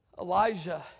Elijah